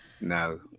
No